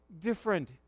different